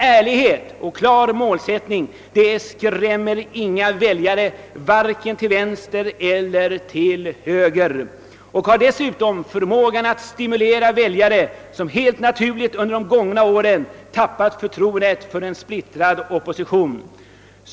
Ärlighet och klar målsättning skrämmer inga väljare vare sig till vänster eller till höger utan stimulerar 1 stället väljare, som helt naturligt under de gångna åren tappat förtroendet för den splittrade oppositionen.